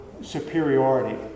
superiority